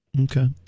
Okay